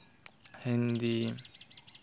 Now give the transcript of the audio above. Hindi